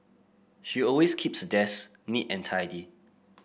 she always keeps the desk neat and tidy